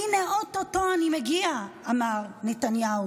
הינה, או-טו-טו אני מגיע, אמר נתניהו.